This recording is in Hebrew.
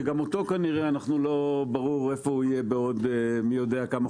שגם לא ברור איפה הוא יהיה בעוד מי יודע כמה חודשים.